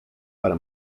para